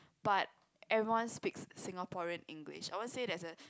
but everyone speaks Singaporean English I won't say there's a